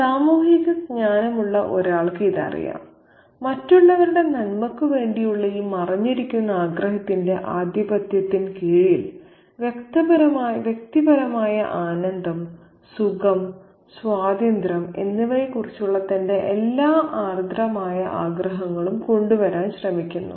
സാമൂഹിക ജ്ഞാനമുള്ള ഒരാൾക്ക് ഇത് അറിയാം മറ്റുള്ളവരുടെ നന്മയ്ക്കുവേണ്ടിയുള്ള ഈ മറഞ്ഞിരിക്കുന്ന ആഗ്രഹത്തിന്റെ ആധിപത്യത്തിൻകീഴിൽ വ്യക്തിപരമായ ആനന്ദം സുഖം സ്വാതന്ത്ര്യം എന്നിവയെക്കുറിച്ചുള്ള തന്റെ എല്ലാ ആർദ്രമായ ആഗ്രഹങ്ങളും കൊണ്ടുവരാൻ ശ്രമിക്കുന്നു